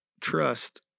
trust